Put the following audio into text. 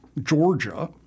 Georgia